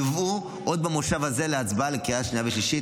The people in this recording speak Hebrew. והם יובאו עוד במושב הזה להצבעה בקריאה שנייה ושלישית.